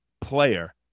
player